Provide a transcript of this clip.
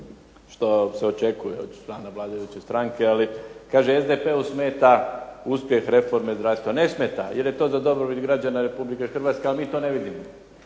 što se očekuje od člana vladajuće stranke. Ali kaže SDP-u smeta uspjeh zdravstvene reforme. Ne smeta, jer je to za dobrobit građana Republike Hrvatske ali mi to ne vidimo.